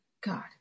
God